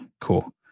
Cool